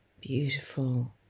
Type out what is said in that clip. beautiful